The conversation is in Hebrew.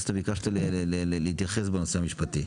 אז אתה ביקשת להתייחס בנושא המשפטי.